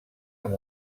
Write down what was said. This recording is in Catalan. amb